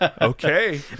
okay